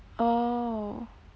oh